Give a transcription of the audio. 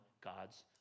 God's